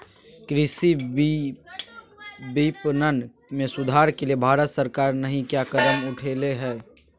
कृषि विपणन में सुधार के लिए भारत सरकार नहीं क्या कदम उठैले हैय?